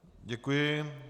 Děkuji.